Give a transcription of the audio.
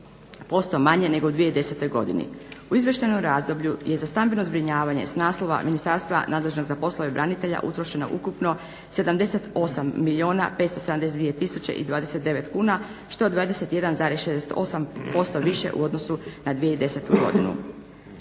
3,29% manje nego u 2010. godini. U izvještajnom razdoblju je za stambeno zbrinjavanje s naslova ministarstva nadležnog za poslove branitelja utrošeno ukupno 78 milijuna 579 tisuće i 29 kuna što je 21,68% više u odnosu na 2010. godinu.